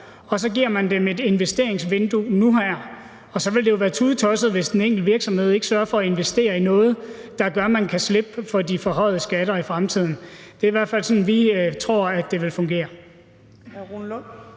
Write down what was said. og så giver man dem et investeringsvindue nu her. Og så vil det jo være tudetosset, hvis den enkelte virksomhed ikke sørger for at investere i noget, der gør, at man kan slippe for de forhøjede skatter i fremtiden. Det er i hvert fald sådan, vi tror det vil fungere.